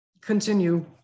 continue